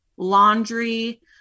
laundry